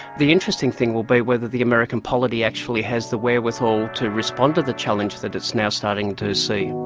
the interesting thing will be whether the american polity actually has the wherewithal to respond to the challenge that it's now starting to see.